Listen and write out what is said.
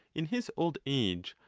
in his old age,